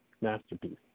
masterpiece